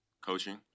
Coaching